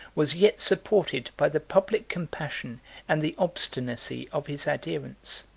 was yet supported by the public compassion and the obstinacy of his adherents.